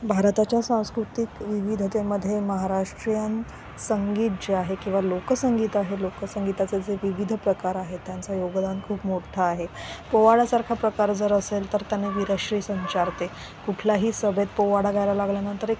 भारताच्या सांस्कृतिक विविधतेमध्ये महाराष्ट्रीयन संगीत जे आहे किंवा लोकसंगीत आहे लोकसंगीताचं जे विविध प्रकार आहे त्यांचा योगदान खूप मोठा आहे पोवाडसारखा प्रकार जर असेल तर त्यांने विराश्री संचारते कुठलाही सभेत पोवाडा गायला लागल्यानंतर एक